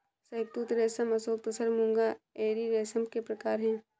शहतूत रेशम ओक तसर मूंगा एरी रेशम के प्रकार है